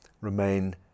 remain